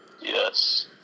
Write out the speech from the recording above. yes